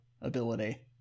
ability